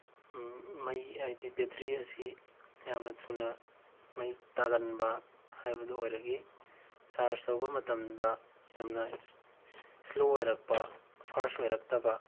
ꯃꯩ ꯍꯥꯏꯗꯤ ꯕꯦꯇ꯭ꯔꯤ ꯑꯁꯤ ꯌꯥꯝꯅ ꯊꯨꯅ ꯃꯩ ꯇꯥꯒꯟꯕ ꯍꯥꯏꯕꯗꯨ ꯑꯣꯏꯔꯛꯏ ꯆꯥꯔꯖ ꯇꯧꯕ ꯃꯇꯝꯗ ꯌꯥꯝꯅ ꯏꯁꯂꯣ ꯑꯣꯏꯔꯛꯄ ꯐꯥꯔꯁ ꯑꯣꯏꯔꯛꯇꯕ